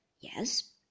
Yes